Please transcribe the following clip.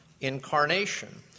incarnation